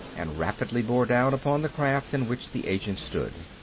and rapidly bore down upon the craft in which the agent stood.